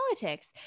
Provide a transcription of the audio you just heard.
politics